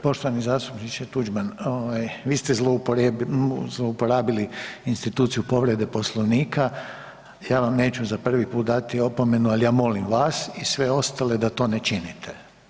Poštovani zastupniče Tuđman, ovaj vi ste zlouporabili instituciju povrede Poslovnika, ja vam neću za prvi put dati opomenu, al ja molim vas i sve ostale da to ne činite.